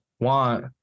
want